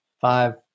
five